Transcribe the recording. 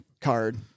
card